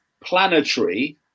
planetary